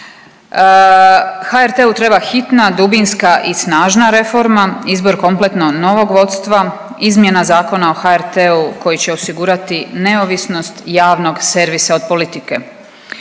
HRT-u treba hitna dubinska i snažna reforma, izbor kompletno novog vodstva, izmjena Zakona o HRT-u koji će osigurati neovisnost javnog servisa od politike.